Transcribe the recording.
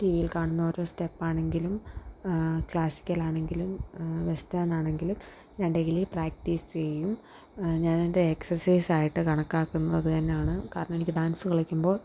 T വിയിൽ കാണുന്ന ഓരോ സ്റ്റെപ്പാണെങ്കിലും ക്ലാസിക്കലാണെങ്കിലും വെസ്റ്റേണാണെങ്കിലും ഞാൻ ഡെയിലി പ്രാക്ടീസ് ചെയ്യും ഞാനെൻ്റെ എക്സസൈസായിട്ട് കണക്കാക്കുന്നതതുതന്നാണ് കാരണം എനിക്ക് ഡാൻസ് കളിക്കുമ്പോൾ